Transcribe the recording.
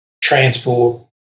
transport